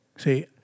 See